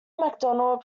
mcdonald